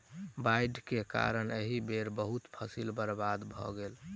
बाइढ़ के कारण एहि बेर बहुत फसील बर्बाद भअ गेल